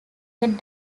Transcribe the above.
head